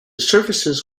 services